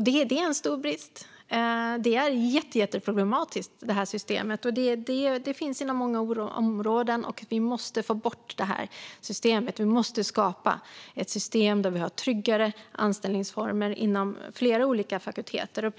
Det är en stor brist. Det är ett jätteproblematiskt system. Det finns inom många områden, och vi måste få bort det. Vi måste skapa ett system där vi har tryggare anställningsformer inom flera olika fakulteter.